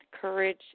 courage